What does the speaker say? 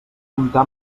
comptar